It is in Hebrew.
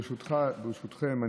ברשותכם,